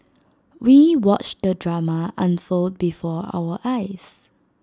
we watched the drama unfold before our eyes